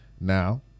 now